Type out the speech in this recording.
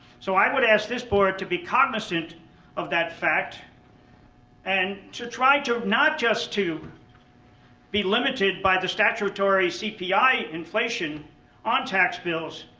so, i would ask this board to be cognizant of that fact and to try to not just to be limited by the statutory cpi inflation on tax bills,